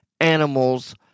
animals